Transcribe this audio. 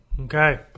Okay